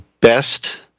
best